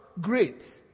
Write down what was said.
great